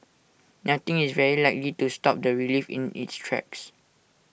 nothing is very likely to stop the relief in its tracks